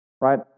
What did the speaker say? Right